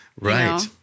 Right